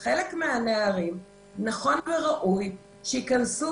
לגבי חלק מהנערים נכון וראוי שייכנסו